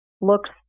looks